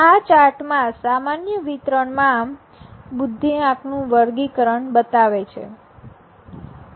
આ ચાર્ટ માં સામાન્ય વિતરણમાં બુદ્ધિઆંકનું વર્ગીકરણ બતાવે છે